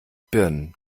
birnen